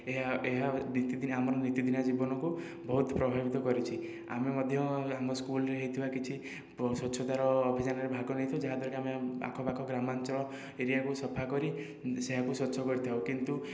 ଏହା ଏହା ନିତିଦିନିଆ ଆମର ନିତିଦିନିଆ ଜୀବନକୁ ବହୁତ ପ୍ରଭାବିତ କରିଛି ଆମେ ମଧ୍ୟ ଆମ ସ୍କୁଲ୍ରେ ହେଇଥିବା କିଛି ପ ସ୍ୱଚ୍ଛତାର ଅଭିଯାନରେ ଭାଗ ନେଇଥାଉ ଯାହାଦ୍ୱାରା କି ଆମେ ଆଖପାଖ ଗ୍ରାମାଞ୍ଚଳ ଏରିଆକୁ ସଫା କରି ସେୟାକୁ ସ୍ୱଚ୍ଛ କରିଥାଉ କିନ୍ତୁ